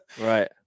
Right